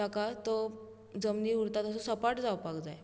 ताका तो जमनीर उरता तसो सपाट जावपाक जाय